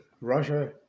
Russia